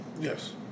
Yes